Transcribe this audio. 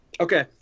Okay